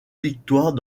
victoires